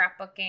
scrapbooking